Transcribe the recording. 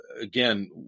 again